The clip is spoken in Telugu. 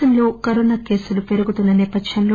దేశంలో కరోనా కేసులు పెరుగుతున్న సందర్బంగా